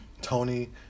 Tony